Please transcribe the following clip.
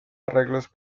arreglos